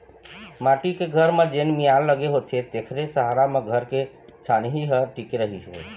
माटी के घर म जेन मियार लगे होथे तेखरे सहारा म घर के छानही ह टिके रहिथे